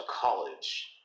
college